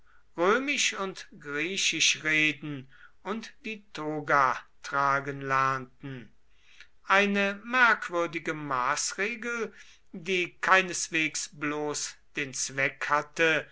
römisch und griechisch reden und die toga tragen lernten eine merkwürdige maßregel die keineswegs bloß den zweck hatte